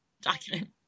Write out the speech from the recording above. document